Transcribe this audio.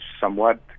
somewhat